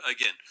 again